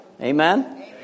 Amen